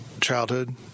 childhood